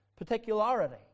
particularity